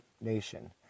nation